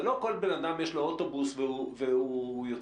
זה לא שלכל בן אדם יש אוטובוס והוא יוצא.